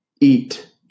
Eat